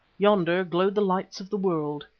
yonder glowed the lights of the world,